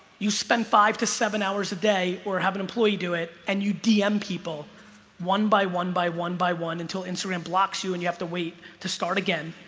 you spend five to seven hours a day or have an employee do it and you dm people one by one by one by one until instagram blocks you and you have to wait to start again